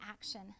action